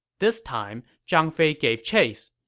this time, zhang fei gave chase.